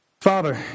Father